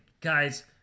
guys